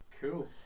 Cool